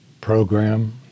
program